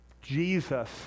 Jesus